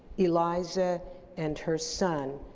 eliza and her son,